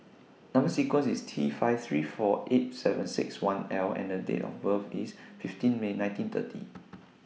Number sequence IS T five three four eight seven six one L and The Date of birth IS fifteen May nineteen thirty